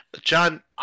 John